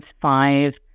five